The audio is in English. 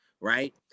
right